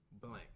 Blank